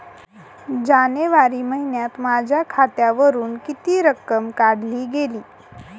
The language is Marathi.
जानेवारी महिन्यात माझ्या खात्यावरुन किती रक्कम काढली गेली?